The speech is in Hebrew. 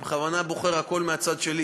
אני בכוונה בוחר הכול מהצד שלי,